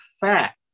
fact